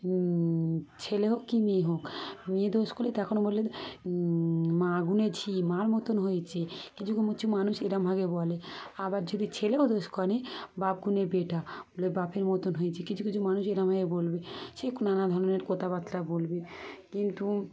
ছেলে হোক কি মেয়ে হোক মেয়ে দোষ করলে তখন বলবে মা গুনে ঝি মার মতন হয়েছে কিছু কিছু মানুষ এরমভাবে বলে আবার যদি ছেলেও দোষ করে বাপ গুনে বেটা বলে বাপের মতন হয়েছে কিছু কিছু মানুষ এরমভাবে বলবে সে নানা ধরনের কথাবার্তা বলবে কিন্তু